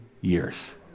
years